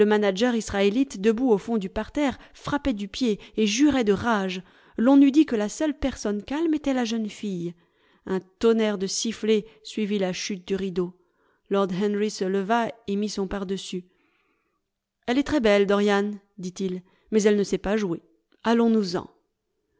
israélite debout au fond du parterre frappait du pied et jurait de rage l'on eût dit que la seule personne calme était la jeune fille un tonnerre de sifflets suivit la chute du rideau lord henry se leva et mit son pardessus elle est très belle dorian dit-il mais elle ne sait pas jouer allons-nous-en